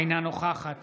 אינה נוכחת